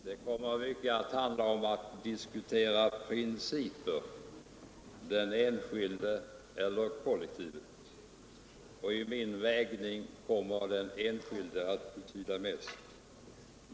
Herr talman! Det här kom till stor del att handla om principer — den enskilde eller kollektivet. I min vägning kommer den enskilde att betyda mest.